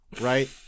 right